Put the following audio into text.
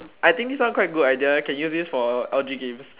I think this one quite good idea leh can use this for L_G games